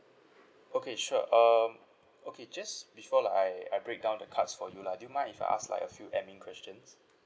okay sure um okay just before I I break down the cards for you lah do you mind if I ask like a few admin questions